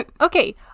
Okay